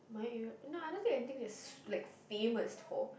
my area no I don't think anything that's famous for